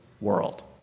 world